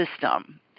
system